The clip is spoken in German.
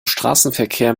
straßenverkehr